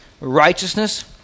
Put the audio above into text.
righteousness